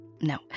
No